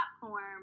platform